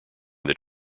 that